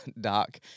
Doc